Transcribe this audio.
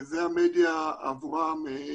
עבורם זו המדיה השימושית.